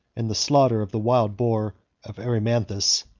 and the slaughter of the wild boar of erymanthus,